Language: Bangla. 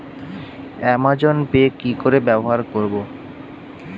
অ্যামাজন পে কি করে ব্যবহার করব?